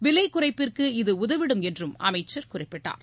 விலை குறைப்பிற்கு இது உதவிடும் என்றும் அமைச்சர் குறிப்பிட்டார்